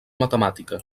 matemàtica